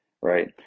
right